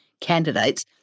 candidates